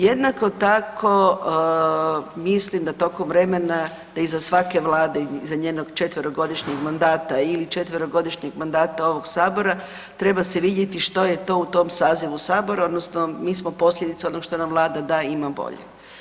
Jednako tako mislim da tokom vremena da iza svake vlade, iza njenog četverogodišnjeg mandata ili četverogodišnjeg mandata ovog sabora treba se vidjeti što je to u tom sazivu sabora odnosno mi smo posljedica onog što nam Vlada da i ima bolje.